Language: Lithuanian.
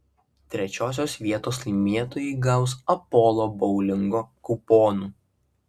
trečiosios vietos laimėtojai gaus apolo boulingo kuponų